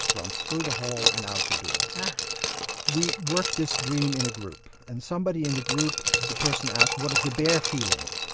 runs through the hall and out the door. yeah we worked this dream in a group and somebody in the group, the person asked, what is the bear feeling.